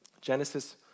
Genesis